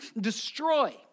destroy